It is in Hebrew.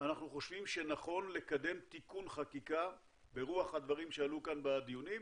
אנחנו חושבים שנכון לקדם תיקון חקיקה ברוח הדברים שעלו כאן בדיונים